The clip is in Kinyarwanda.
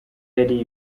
yari